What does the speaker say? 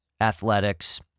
athletics